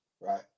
right